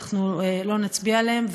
אנחנו לא נצביע עליהן,